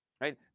right